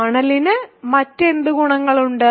കേർണലിന് മറ്റ് എന്ത് ഗുണങ്ങളുണ്ട്